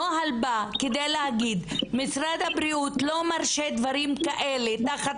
הנוהל בא כדי להגיד שמשרד הבריאות לא מרשה דברים כאלה תחת